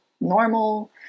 normal